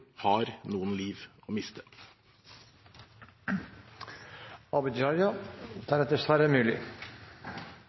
har noen liv å miste.